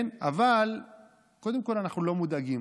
אבל קודם כול, אנחנו לא מודאגים.